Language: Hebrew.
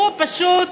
הוא פשוט